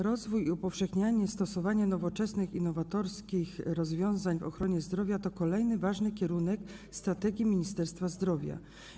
Rozwój i upowszechnianie stosowania nowoczesnych i nowatorskich rozwiązań w ochronie zdrowia to kolejny ważny kierunek strategii Ministerstwa Zdrowia.